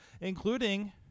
including